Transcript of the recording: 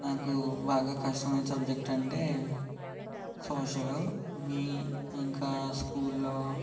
నాకు బాగా కష్టమైన సబ్జెక్టు అంటే సోషలు మీ ఇంకా స్కూల్లో